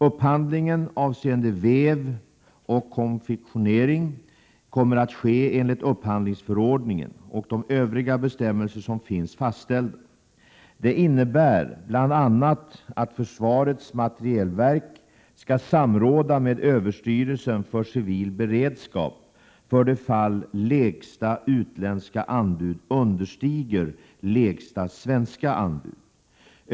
Upphandlingen avseende väv och konfektionering kommer att ske enligt upphandlingsförordningen och de övriga bestämmelser som finns fastställda. Det innebär bl.a. att försvarets materielverk skall samråda med överstyrelsen för civil beredskap för det fall lägsta utländska anbud understiger lägsta svenska anbud.